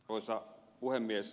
arvoisa puhemies